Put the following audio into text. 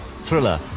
Thriller